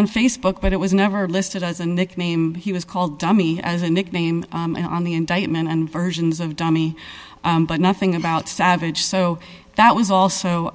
on facebook but it was never listed as a nickname he was called dummy as a nickname on the indictment and versions of dummy but nothing about savage so that was also